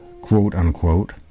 quote-unquote